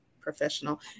professional